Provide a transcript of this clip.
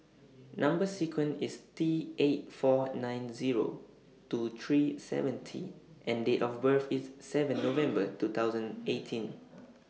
Number sequence IS T eight four nine Zero two three seven T and Date of birth IS seven November two thousand eighteen